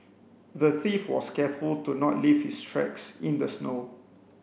the thief was careful to not leave his tracks in the snow